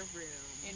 room